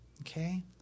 okay